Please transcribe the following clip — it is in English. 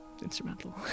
instrumental